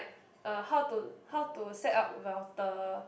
uh how to how to set up router